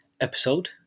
episode